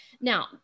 Now